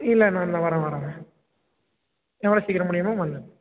இல்லை நான் இந்த வரேன் வரேங்க எவ்வளோ சீக்கிரம் முடியுமோ வந்துடுறேன்